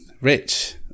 Rich